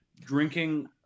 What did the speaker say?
drinking